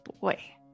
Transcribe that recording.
boy